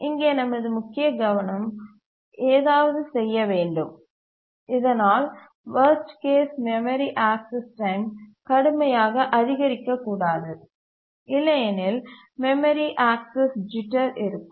இங்கே நமது முக்கிய கவனம் ஏதாவது செய்ய வேண்டும் இதனால் worst case memory access time கடுமையாக அதிகரிக்ககூடாது இல்லையெனில் மெமரி ஆக்சஸ் ஜிட்டர் இருக்கும்